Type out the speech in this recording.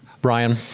Brian